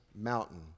mountain